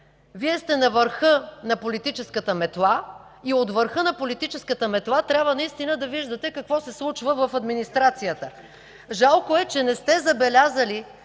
Вие сте на върха на политическата метла и от върха на политическата метла трябва наистина да виждате какво се случва в администрацията. Жалко е, че не сте забелязали,